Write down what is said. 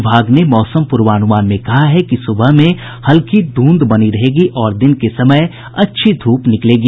विभाग ने मौसम पूर्वानुमान में कहा है कि सुबह में हल्की धूंध बनी रहेगी और दिन के समय अच्छी धूप निकलेगी